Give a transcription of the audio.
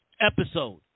episode